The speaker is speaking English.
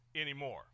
anymore